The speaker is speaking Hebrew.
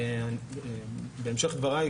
בהמשך דבריי,